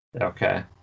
Okay